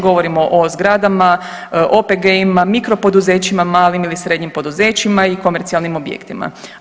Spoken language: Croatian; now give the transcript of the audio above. Govorimo o zgradama, OPG-ima, mikropoduzećima, malim ili srednjim poduzećima i komercijalnim objektima.